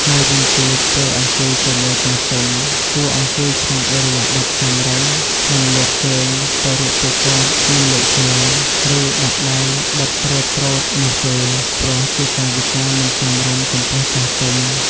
មួយវិញទៀតពេលអង្គុយជាមួយចាស់ទុំ គួរអង្គុយក្នុងឥរិយាបថសមរម្យ មិនលាតជើងទៅរកពួកគាត់ មិនលើកជើង ឬដាក់ដៃបត់ទ្រេតទ្រោតនោះទេ ព្រោះជាកាយវិការមិនសមរម្យចំពោះចាស់ទុំ។